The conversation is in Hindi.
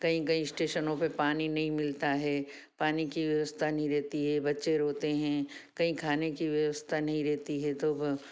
कई कई स्टेशनों पर पानी नहीं मिलता है पानी की व्यवस्था नहीं रहती है बच्चे रोते हैं कहीं खाने की व्यवस्था नहीं रहती है तो व